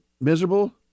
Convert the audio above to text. miserable